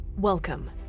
Welcome